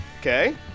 Okay